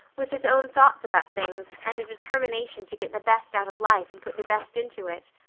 with his own thoughts about things and a determination to get the best out of life and put the best into it.